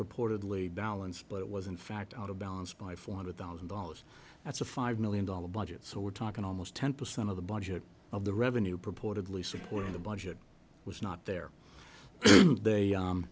purportedly balance but it was in fact out of balance by four hundred thousand dollars that's a five million dollars budget so we're talking almost ten percent of the budget of the revenue purportedly supporting the budget was not there they